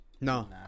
No